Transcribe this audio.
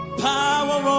power